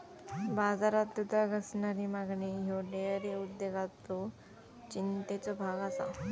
बाजारात दुधाक असणारी मागणी ह्यो डेअरी उद्योगातलो चिंतेचो भाग आसा